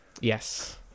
Yes